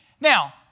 Now